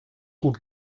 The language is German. gut